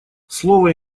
слово